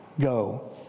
go